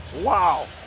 wow